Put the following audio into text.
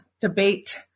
debate